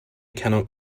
cannot